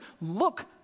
look